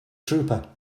trooper